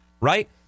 Right